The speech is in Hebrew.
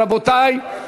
רבותי,